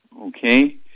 Okay